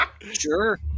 Sure